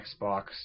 Xbox